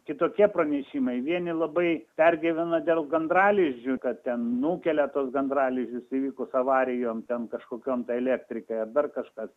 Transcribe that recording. kitokie pranešimai vieni labai pergyvena dėl gandralizdžių kad ten nukelia tuos gandralizdžius įvykus avarijom ten kažkokiom tai elektrikai dar kažkas